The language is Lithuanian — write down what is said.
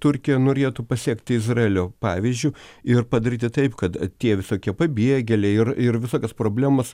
turkija norėtų pasekti izraelio pavyzdžiu ir padaryti taip kad tie visokie pabėgėliai ir ir visokios problemos